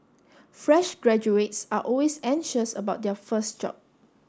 fresh graduates are always anxious about their first job